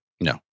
No